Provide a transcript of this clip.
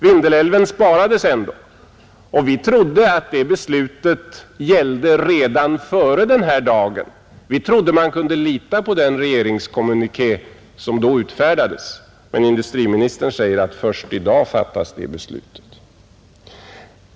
Vindelälven sparades ändå, och vi trodde att det beslutet gällde redan före den här dagen, Vi trodde att man kunde lita på den regeringskommuniké som då utfärdades, men industriministern säger att det beslutet fattas först i dag.